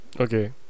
Okay